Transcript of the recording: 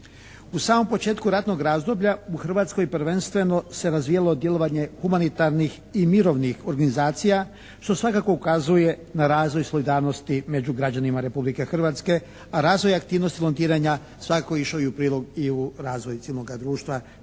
U samom početku ratnog razdoblja u Hrvatskoj prvenstveno se razvijalo djelovanje humanitarnih i mirovnih organizacija što svakako ukazuje na razvoj solidarnosti među građanima Republike Hrvatske, a razvoj aktivnosti volontiranja svakako je išao i u prilog i u razvoj civilnoga društva